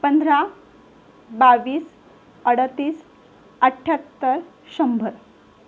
पंधरा बावीस अडतीस अठ्याहत्तर शंभर